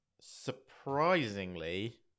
surprisingly